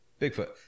Bigfoot